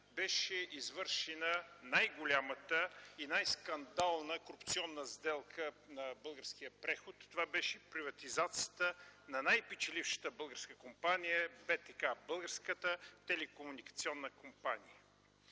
беше извършена най-голямата и най-скандалната корупционна сделка на българския преход. Това беше приватизацията на най-печелившата българска компания – Българската телекомуникационна компания.